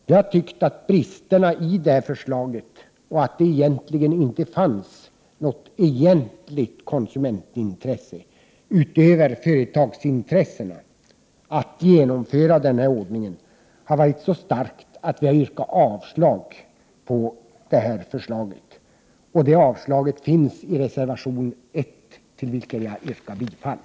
Vi har tyckt att bristerna i förslaget och det förhållandet att det egentligen inte finns något riktigt konsumentintresse utöver företagens intressen har varit så starkt vägande att vi har yrkat avslag på förslaget. Det avslagsyrkandet finns i reservation 1, till vilken jag yrkar bifall.